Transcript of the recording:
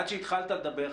עד שהתחלת לדבר,